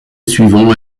suivant